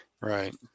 Right